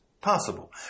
possible